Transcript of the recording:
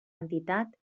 entitat